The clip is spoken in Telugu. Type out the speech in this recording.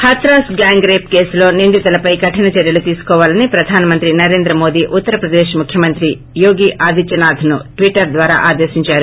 హత్రాస్ గ్యాంగ్ రేప్ కేసులో నిందితులపై కఠిన చర్యలు తీసుకోవాలని ప్రధాన మంత్రి నరేంద్ర మోదీ ఉత్తరప్రదేశ్ ముఖ్యమంత్రి యోగి ఆదిత్యనాథ్ను ట్విటర్ ద్వారా ఆదేశించారు